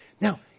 Now